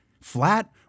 flat